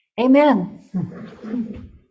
Amen